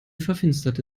verfinsterte